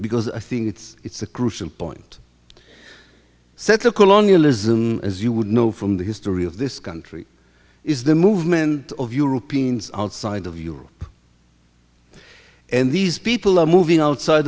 because i think it's it's a crucial point set of colonialism as you would know from the history of this country is the movement of europeans outside of europe and these people are moving outside